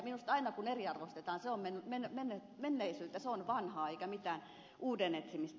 minusta aina kun eriarvoistetaan se on menneisyyttä se on vanhaa eikä mitään uuden etsimistä